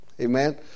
Amen